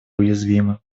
уязвимы